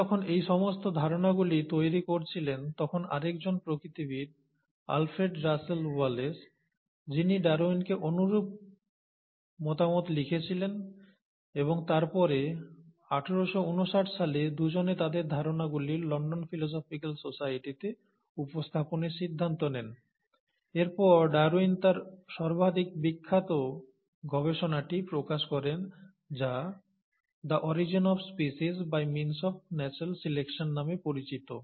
তিনি যখন এই সমস্ত ধারণাগুলি তৈরি করছিলেন তখন আরেকজন প্রকৃতিবিদ আলফ্রেড রাসেল ওয়ালেস যিনি ডারউইনকে অনুরূপ মতামত লিখেছিলেন এবং তারপরে 1859 সালে দুজনে তাদের ধারণাগুলি London Philosophical Society তে উপস্থাপনের সিদ্ধান্ত নেন এরপর ডারউইন তার সর্বাধিক বিখ্যাত গবেষণাটি প্রকাশ করেন যা 'The origin of species by means of natural selection' নামে পরিচিত